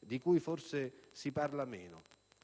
di cui forse si parla meno.